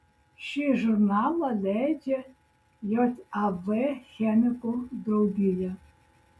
šį žurnalą leidžia jav chemikų draugija